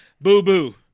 boo-boo